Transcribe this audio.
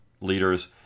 leaders